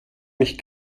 mich